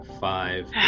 five